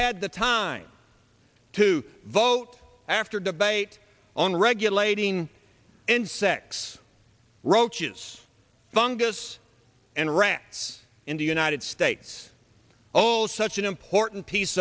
had the time to vote after debate on regulating and sex roaches fungus and rats in the united states oh such an important piece